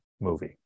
movie